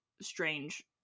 strange